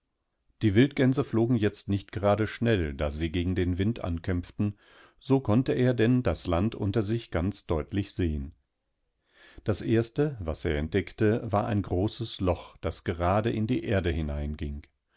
die wildgänse flogen jetzt nicht gerade schnell da sie gegen den wind ankämpften sokonnteerdenndaslanduntersichganzdeutlichsehen das erste was er entdeckte war ein großes loch das gerade in die erde hineinging